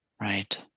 Right